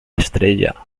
estrella